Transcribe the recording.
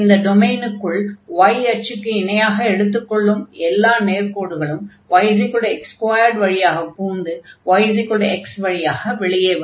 இந்த டொமைனுக்குள் y அச்சுக்கு இணையாக எடுத்துக் கொள்ளும் எல்லா நேர்க்கோடுகளும் yx2 வழியாகப் புகுந்து yx வழியாக வெளியே வரும்